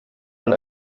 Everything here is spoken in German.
man